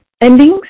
endings